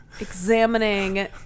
examining